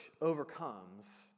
overcomes